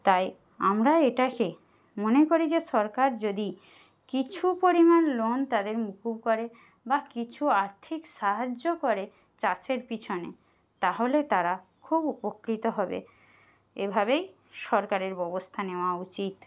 তাই আমরা এটাকে মনে করি যে সরকার যদি কিছু পরিমাণ লোন তাদের মুকুব করে বা কিছু আর্থিক সাহায্য করে চাষের পিছনে তাহলে তারা খুব উপকৃত হবে এভাবেই সরকারের ববস্থা নেওয়া উচিত